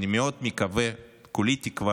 אני מאוד מקווה, כולי תקווה,